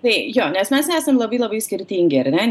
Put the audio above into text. tai jo nes mes esam labai labai skirtingi ar ne